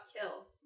kill